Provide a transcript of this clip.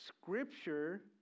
Scripture